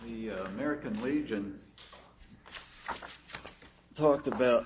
the american legion talked about